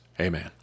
Amen